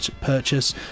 purchase